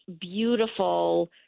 beautiful